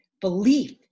belief